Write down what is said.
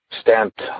stamped